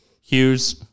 Hughes